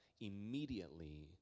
Immediately